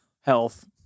health